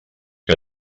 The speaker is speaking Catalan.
que